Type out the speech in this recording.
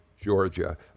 Georgia